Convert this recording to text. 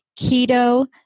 keto